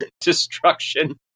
destruction